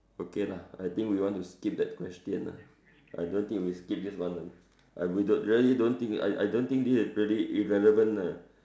okay lah I think we want to skip that question lah I don't think we skip this one lah I we don't really don't think I I don't think this is really irrelevant lah